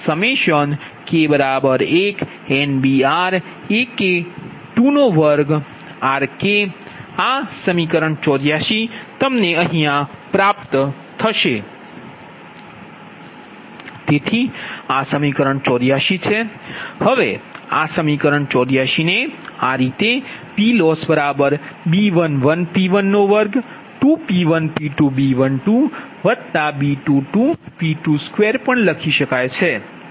તેથી આ સમીકરણ 84 છે હવે આ સમીકરણ 84 ને આ રીતે PLossB11P122P1P2B12B22P22 પણ લખી શકાય છે જ્યાં B111V121 K1NBRAK12RK છે